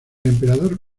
emperador